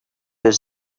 his